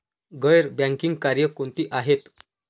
गैर बँकिंग कार्य कोणती आहेत?